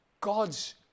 God's